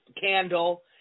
candle